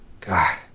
God